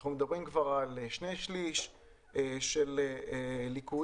אנחנו מדברים על שני שליש של ליקויים